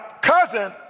cousin